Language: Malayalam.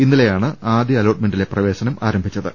ഇന്നലെയാണ് ആദ്യ അലോട്ട്മെന്റിലെ പ്രവേശനം ആരംഭിച്ചത്